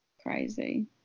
Crazy